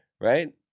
Right